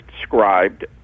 described